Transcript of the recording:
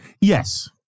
Yes